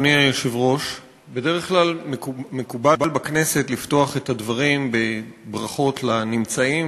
בדרך כלל מקובל בכנסת לפתוח את הדברים בברכות לנמצאים,